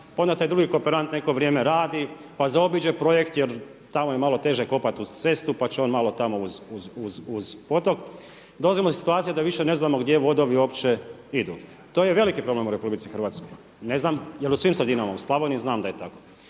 onda taj drugi kooperant neko vrijeme radi, pa zaobiđe projekt jer tamo je malo teže kopati uz cestu, pa će on tamo malo uz potok. Dolazimo do situacije da više ne znamo gdje vodovi opće idu. To je veliki problem u RH. Ne znam jel u svim sredinama, u Slavoniji znam da je tako.